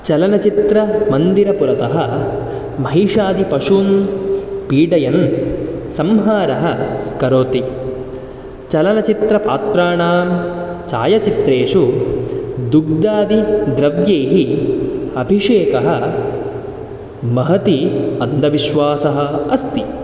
चलनचित्रमन्दिरपुरतः महिषादिपशून् पीडयन् संहारं करोति चलनचित्रपात्राणां छायीचित्रेषु दुग्धादिद्रव्यैः अभिषेकः महती अन्धविश्वासः अस्ति